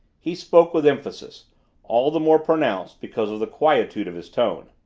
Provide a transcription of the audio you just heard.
he spoke with emphasis all the more pronounced because of the quietude of his tone.